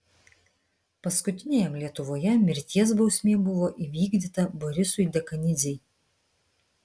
paskutiniajam lietuvoje mirties bausmė buvo įvykdyta borisui dekanidzei